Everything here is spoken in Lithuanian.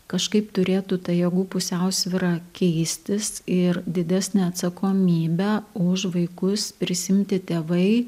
kažkaip turėtų ta jėgų pusiausvyra keistis ir didesnę atsakomybę už vaikus prisiimti tėvai